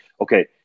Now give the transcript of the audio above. Okay